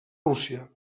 rússia